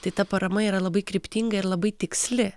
tai ta parama yra labai kryptinga ir labai tiksli